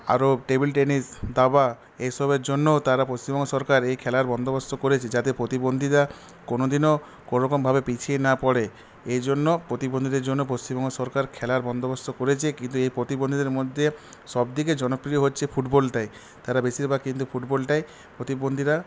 আরও table tennis দাবা এসবের জন্যও তারা পশ্চিমবঙ্গ সরকার এই খেলার বন্দোবস্ত করেছে যাতে প্রতিবন্ধীরা কোনদিনও কোনরকমভাবে পিছিয়ে না পড়ে এই জন্য প্রতিবন্ধীদের জন্য পশ্চিমবঙ্গ সরকার খেলার বন্দোবস্ত করেছে কিন্তু এই প্রতিবন্ধীদের মধ্যে সব থেকে জনপ্রিয় হচ্ছে ফুটবলটাই তারা বেশিরভাগ কিন্তু ফুটবলটাই প্রতিবন্ধীরা